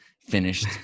finished